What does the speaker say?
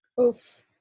Oof